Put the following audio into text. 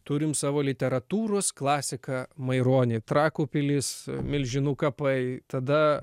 turim savo literatūros klasiką maironį trakų pilis milžinų kapai tada